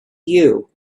you